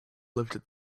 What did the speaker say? lifted